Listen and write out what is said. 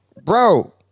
Bro